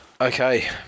Okay